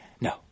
no